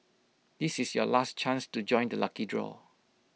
this is your last chance to join the lucky draw